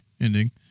ending